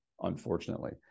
unfortunately